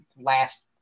last